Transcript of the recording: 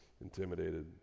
intimidated